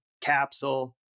capsule